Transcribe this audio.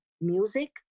music